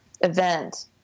event